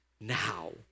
now